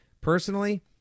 Personally